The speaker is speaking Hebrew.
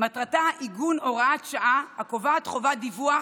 מטרתה עיגון הוראת שעה הקובעת חובת דיווח